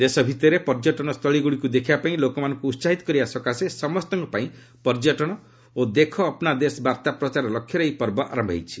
ଦେଶ ଭିତରେ ପର୍ଯ୍ୟଟନ ସ୍ଥଳୀଗୁଡ଼ିକୁ ଦେଖିବାପାଇଁ ଲୋକମାନଙ୍କୁ ଉତ୍କାହିତ କରିବା ସକାଶେ ସମସ୍ତଙ୍କ ପାଇଁ ପର୍ଯ୍ୟଟନ ଓ ଦେଖୋ ଅପ୍ନା ଦେଶ ବାର୍ତ୍ତା ପ୍ରଚାର ଲକ୍ଷ୍ୟରେ ଏହି ପର୍ବ ଆରମ୍ଭ ହୋଇଛି